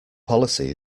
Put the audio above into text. policy